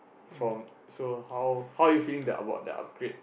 from so so how are you feeling about the the upgrade